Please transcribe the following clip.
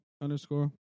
underscore